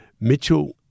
Mitchell